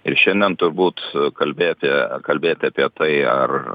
ir šiandien turbūt kalbėti kalbėti apie tai ar